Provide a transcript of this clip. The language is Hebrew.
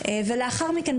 ולאחר מכן,